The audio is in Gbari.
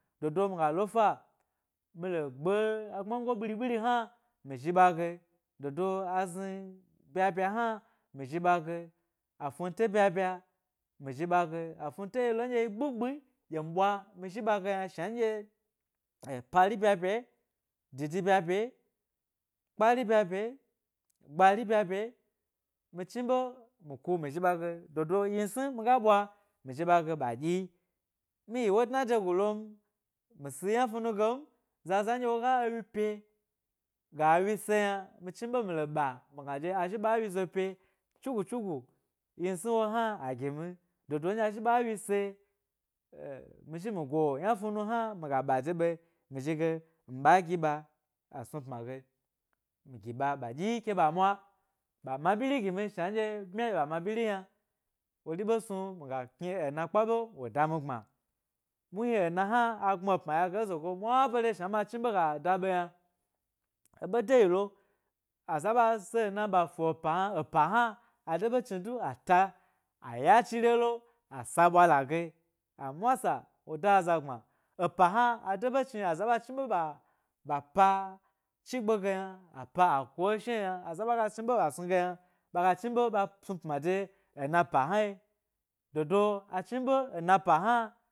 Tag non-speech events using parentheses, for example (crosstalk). Dodo miga lofa mile gbė agbmango ɓiri ɓiri hna mi zhi ɓa ge, dodo azni bya bya hna mi zhi ɓa ge afnuntee bya bya mi zhi ɓa ge, afnunte yilo gbi gbi ɗye mi gba mi zhi ɓa ge shna nɗye, eh-pari bya bye didi bya bye kpari bya bye gbari bya bye mi chni ɓe mi ku mi zhi ɓa ge dodo wyinsni mi ga ɓwa mi zhi ɓa ge ɓa ɗyi mi yi wo dna de gulon mi si, yna fnume ge m, za za ndye woga ewyi pye ga ewye be yna mi chniɓe mile ɓa mi gna dye azhi ɓa ewyi zo pye tsugu tsugu wyinsni wo hna agimi dodo nɗye azhi ɓa e wyi se mi (hesitation) zhi mi go yna fnunu, hna mi ga ɓa de ɓa e mi zhige mi ɓa gi ɓa ɓaa snu pma ge, migi ɓa ɓa ɗyi ke ɓa mwa, ɓa mari gimi shna nɗye bmya gi ɓa ma ɓyiri yna wori snu miga kni ena kpa ɓe wo da mi gbma muhni ee hna a gbmi e pma ye ge ezo mwa bere shna ma chni ɓe ga da ɓe yna. Eɓe deyi lo, aza ɓa si ena ɓa fu pa yna epa hna ade ɓe chni du ata, aya cire lo asa ɓwa la ge a mwa sa, woda aza gbma, epa hna ade ɓe chni aza ɓa chni ɓee ɓa pa chigbe ge yna apa a ku estini'o yna, aza ɓage chni ɓe ɓa snu ge yna ɓa ge chni ɓe ɓa snu pma de ena pa hnai dodo a chni ɓe ena pa hna.